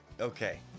Okay